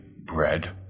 bread